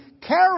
care